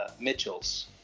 Mitchell's